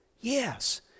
Yes